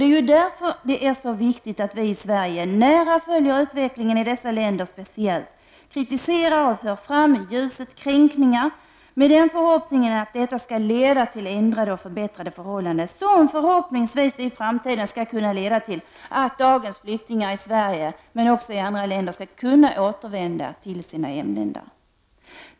Det är därför viktigt att vi i Sverige nära följer utvecklingen speciellt i dessa länder, kritiserar och för fram de kränkningar som sker i ljuset, detta med den förhoppningen att detta skall leda till ändrade och förbättrade förhållanden som förhoppningsvis i framtiden skall kunna leda till att dagens flyktingar i Sverige, men också flyktingar i andra länder, kan återvända till sina hemländer.